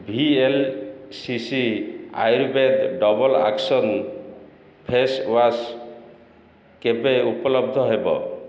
VLCC Ayurveda double action face wash କେବେ ଉପଲବ୍ଧ ହେବ